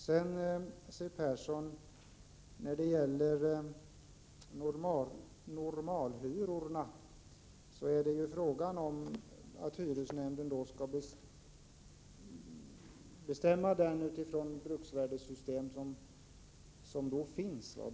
Siw Persson, när det gäller normalhyrorna är det ju fråga om att hyresnämnden skall bestämma dem utifrån det bruksvärdessystem som finns.